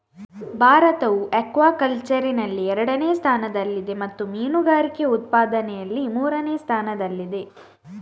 ಭಾರತವು ಅಕ್ವಾಕಲ್ಚರಿನಲ್ಲಿ ಎರಡನೇ ಸ್ಥಾನದಲ್ಲಿದೆ ಮತ್ತು ಮೀನುಗಾರಿಕೆ ಉತ್ಪಾದನೆಯಲ್ಲಿ ಮೂರನೇ ಸ್ಥಾನದಲ್ಲಿದೆ